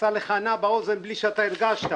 עשה לך נע באוזן בלי שאתה הרגשת.